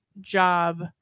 job